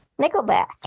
nickelback